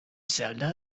zelda